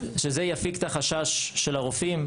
שזה יפיג את החשש של הרופאים.